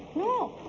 no.